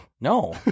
No